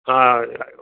हा